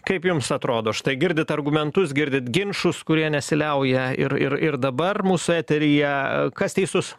kaip jums atrodo štai girdit argumentus girdit ginčus kurie nesiliauja ir ir ir dabar mūsų eteryje kas teisus